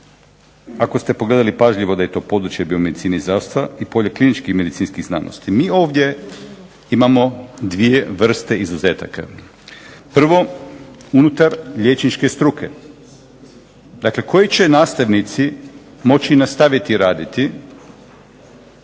ako ste pogledali pažljivo da je to područje biomedicine i zdravstva i polje kliničkih medicinskih znanosti mi ovdje imamo dvije vrste izuzetaka. Prvo unutar liječničke struke. Dakle, koji će nastavnici moći nastaviti raditi,